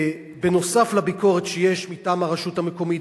נוסף על הביקורת שיש מטעם הרשות המקומית,